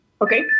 Okay